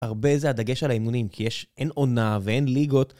הרבה זה הדגש על האימונים, כי אין עונה ואין ליגות.